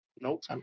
Nope